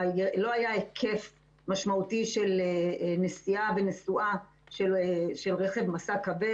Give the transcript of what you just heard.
לא היה היקף משמעותי של ירידה בנסיעה ונסועה של רכב משא כבד,